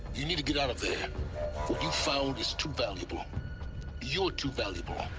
you need to get out of there! what you found is too valuable you're too valuable!